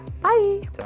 bye